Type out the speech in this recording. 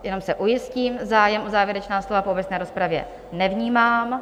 Jenom se ujistím, zájem o závěrečná slova po obecné rozpravě nevnímám.